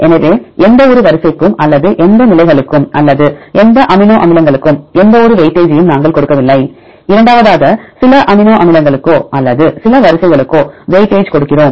எனவே எந்தவொரு வரிசைக்கும் அல்லது எந்த நிலைகளுக்கும் அல்லது எந்த அமினோ அமிலங்களுக்கும் எந்தவொரு வெயிட்டேஜையும் நாங்கள் கொடுக்கவில்லை இரண்டாவதாக சில அமினோ அமிலங்களுக்கோ அல்லது சில வரிசைகளுக்கோ வெயிட்டேஜ் கொடுக்கிறோம்